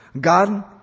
God